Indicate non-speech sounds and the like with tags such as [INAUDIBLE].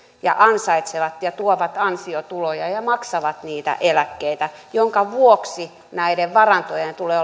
ja ansaitsevat ja tuovat ansiotuloja ja maksavat niitä eläkkeitä minkä vuoksi näiden varantojen tulee [UNINTELLIGIBLE]